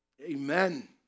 amen